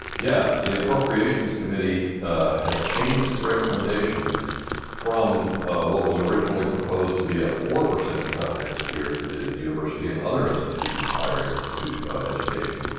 yeah. the appropriations committee has changed its recommendation from what was originally proposed to be a four percent cut next year to the university and other institutions of higher education,